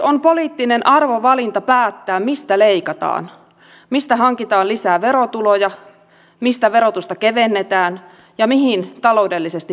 on poliittinen arvovalinta päättää mistä leikataan mistä hankitaan lisää verotuloja mistä verotusta kevennetään ja mihin taloudellisesti panostetaan lisää